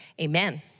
Amen